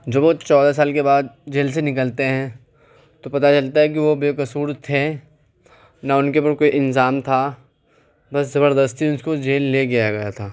جب وہ چودہ سال کے بعد جیل سے نکلتے ہیں تو پتا چلتا ہے کہ وہ بے قصور تھے نہ ان کے اوپر کوئی الزام تھا بس زبردستی اس کو جیل لے گیا گیا تھا